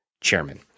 Chairman